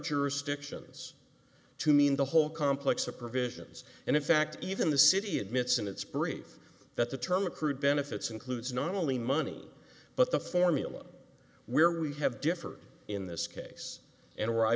jurisdictions to mean the whole complex of provisions and in fact even the city admits in its brief that the term accrued benefits includes not only money but the formula where we have differed in this case and where i